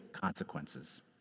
consequences